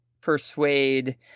persuade